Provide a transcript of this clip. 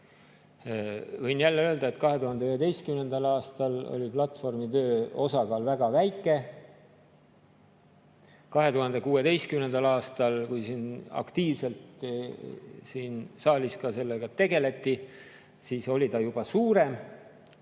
Võin jälle öelda, et 2011. aastal oli platvormitöö osakaal väga väike. 2016. aastal, kui aktiivselt siin saalis sellega tegeleti, oli see juba suurem.